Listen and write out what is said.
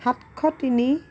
সাতশ তিনি